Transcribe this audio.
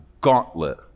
gauntlet